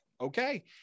okay